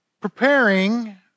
preparing